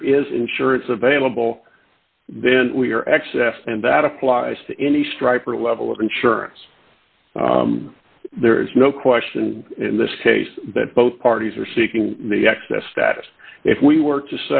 there is insurance available then we are excess and that applies to any striper level of insurance there is no question in this case that both parties are seeking the access status if we were to